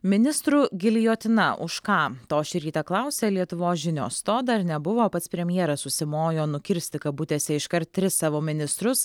ministrų giljotina už ką to šį rytą klausia lietuvos žinios to dar nebuvo pats premjeras užsimojo nukirsti kabutėse iškart tris savo ministrus